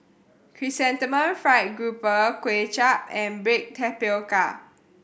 Chrysanthemum Fried Grouper Kway Chap and baked tapioca